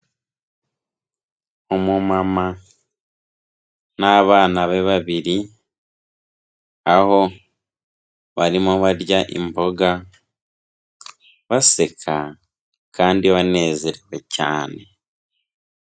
Umumama n'abana be babiri, aho barimo barya imboga, baseka kandi banezerewe cyane.